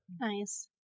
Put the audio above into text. Nice